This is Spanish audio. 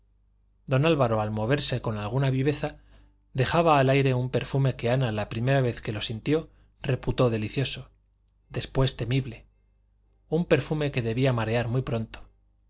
don álvaro al moverse con alguna viveza dejaba al aire un perfume que ana la primera vez que lo sintió reputó delicioso después temible un perfume que debía marear muy pronto